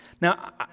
now